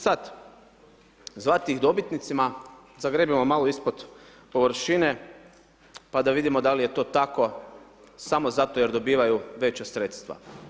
Sad zvati ih dobitnicima, zagrebimo malo ispod površine pa da vidimo dal' je to tako, samo zato jer dobivaju veća sredstva.